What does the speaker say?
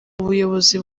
ubuyobozi